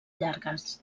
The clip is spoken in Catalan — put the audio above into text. llargues